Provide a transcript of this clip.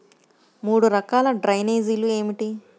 మూడు రకాల డ్రైనేజీలు ఏమిటి?